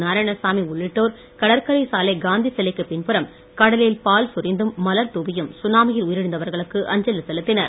நாராயணசாமி உள்ளிட்டோர் கடற்கரை சாலை காந்தி சிலைக்கு பின்புறம் கடலில் பால் சொரிந்தும் மலர் தூவியும் சுனாமியில் உயிரிழந்தவர்களுக்கு அஞ்சலி செலுத்தினர்